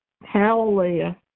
Hallelujah